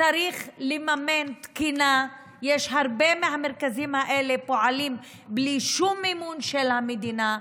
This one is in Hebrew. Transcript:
צריך לממן תקינה הרבה מהמרכזים האלה פועלים בלי שום מימון של המדינה.